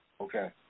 okay